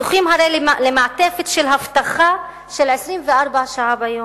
זוכים הרי למעטפת אבטחה של 24 שעות ביממה,